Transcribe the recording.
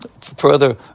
further